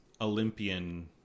Olympian